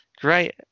Great